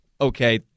okay